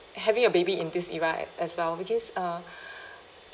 having a baby in this era a~ as well because uh